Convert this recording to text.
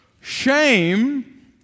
Shame